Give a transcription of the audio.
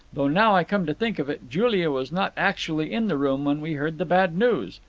though now i come to think of it, julia was not actually in the room when we heard the bad news.